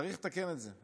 צריך לתקן את זה.